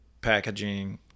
packaging